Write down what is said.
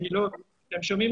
בוא תגיד לי כמה יש כאלה,